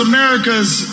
America's